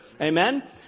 Amen